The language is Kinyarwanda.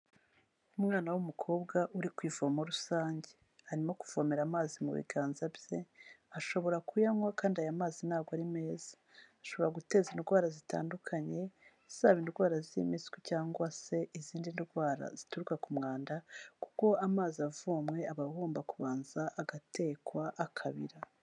Umwana w'umukobwa uri ku ivomo rusange, arimo kuvomera amazi mu biganza bye ashobora kuyanywa kandi aya mazi ntago ari meza, ashobora guteza indwara zitandukanye, zaba indwara z'impiswi cyangwa se izindi ndwara zituruka ku mwanda kuko amazi avomwe aba agomba kubanza agatekwa akabira.